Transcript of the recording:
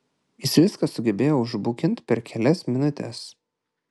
jis viską sugebėjo užbukint per kelias minutes